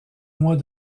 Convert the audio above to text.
mois